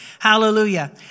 Hallelujah